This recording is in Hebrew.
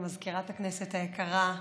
מזכירת הכנסת היקרה,